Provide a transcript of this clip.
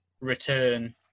return